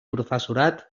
professorat